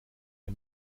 der